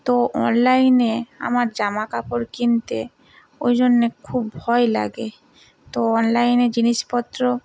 তো অনলাইনে আমার জামা কাপড় কিনতে ওই জন্যে খুব ভয় লাগে তো অনলাইনে জিনিসপত্র